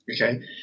okay